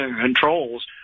controls